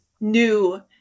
new